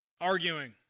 arguing